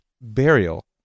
burial